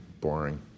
Boring